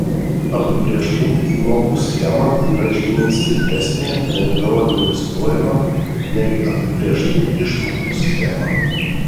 apibrėžtų įmokų schema yra žymiai skaidresnė lengviau administruojama nei apibrėžtų išmokų schema